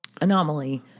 anomaly